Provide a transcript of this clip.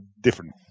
different